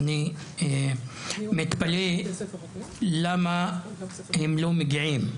ואני מתפלא על כך שהם לא מגיעים.